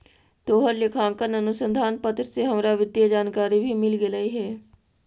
तोहर लेखांकन अनुसंधान पत्र से हमरा वित्तीय जानकारी भी मिल गेलई हे